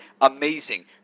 Amazing